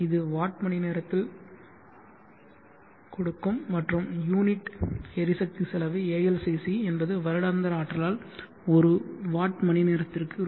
இது வாட் மணிநேரத்தில் கொடுக்கும் மற்றும் யூனிட் எரிசக்தி செலவு ALCC என்பது வருடாந்திர ஆற்றலால் ஒரு வாட் மணி நேரத்திற்கு ரூ